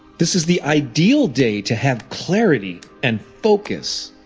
this is the ideal day to have clarity and focus.